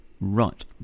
Right